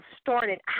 started